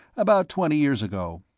about twenty years ago.